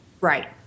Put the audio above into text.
Right